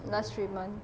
last few months